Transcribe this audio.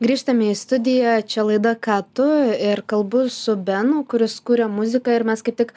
grįžtame į studiją čia laida ką tu ir kalbu su benu kuris kuria muziką ir mes kaip tik